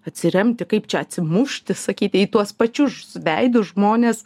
atsiremti kaip čia atsimušti sakyti į tuos pačius veidus žmones